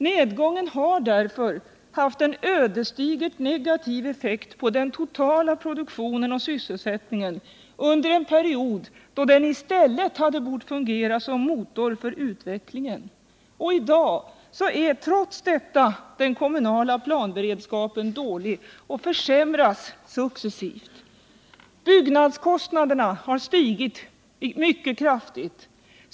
Nedgången har därför haft en ödesdigert negativ effekt på den totala produktionen och sysselsättningen under en period då den i stället hade bort fungera som en motor för utvecklingen. I dag är trots detta den kommunala planberedskapen dålig, och den försämras successivt. Byggnadskostnaderna har stigit mycket kraftigt.